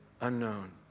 unknown